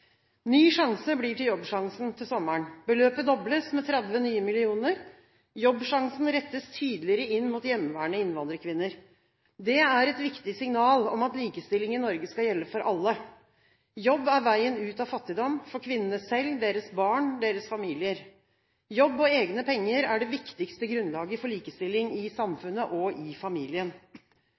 Ny sjanse blir til Jobbsjansen til sommeren. Beløpet dobles med 30 nye millioner. Jobbsjansen rettes tidligere inn mot hjemmeværende innvandrerkvinner. Det er et viktig signal om at likestilling i Norge skal gjelde for alle. Jobb er veien ut av fattigdom, for kvinnene selv, deres barn og deres familier. Jobb og egne penger er det viktigste grunnlaget for likestilling i samfunnet og i familien.